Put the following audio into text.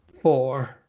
four